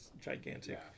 gigantic